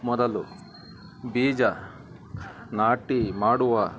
ಮೊದಲು ಬೀಜ ನಾಟಿ ಮಾಡುವ